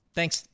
Thanks